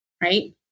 right